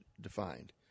defined